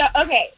Okay